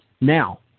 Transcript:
Now